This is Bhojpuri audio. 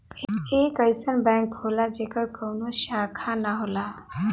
एक अइसन बैंक होला जेकर कउनो शाखा ना होला